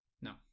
no